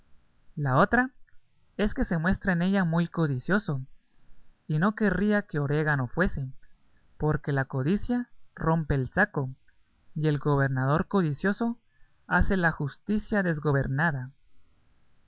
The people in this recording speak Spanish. la otra es que se muestra en ella muy codicioso y no querría que orégano fuese porque la codicia rompe el saco y el gobernador codicioso hace la justicia desgobernada